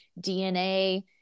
DNA